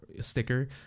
sticker